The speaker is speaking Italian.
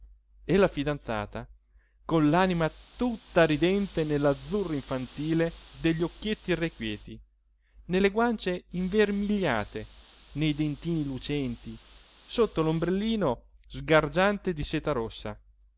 e la fidanzata con l'anima tutta ridente nell'azzurro infantile degli occhietti irrequieti nelle guance invermigliate nei dentini lucenti sotto l'ombrellino sgargiante di seta rossa